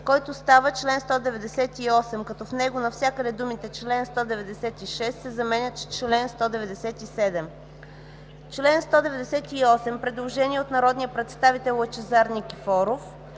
който става чл. 198, като в него навсякъде думите „чл. 196” се заменят с„чл. 197”. По чл. 198 има предложение от народния представител Лъчезар Никифоров